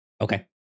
okay